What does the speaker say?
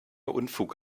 unfug